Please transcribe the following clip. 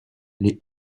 les